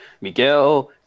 Miguel